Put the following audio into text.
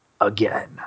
Again